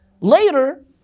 Later